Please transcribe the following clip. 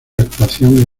actuación